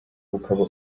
bukaba